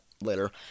later